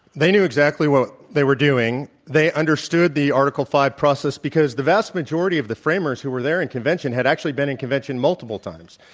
they knew exactly what they were doing. they understood the article v process because the vast majority of the framers who were there in convention had actually been in convention multiple times.